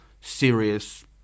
serious